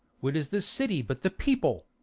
what is the city but the people?